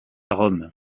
rome